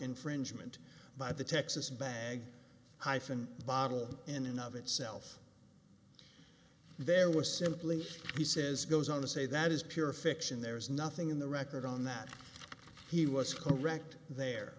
infringement by the texas bag hyphen bottle in enough itself there was simply he says goes on to say that is pure fiction there is nothing in the record on that he was correct there